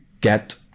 get